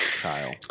Kyle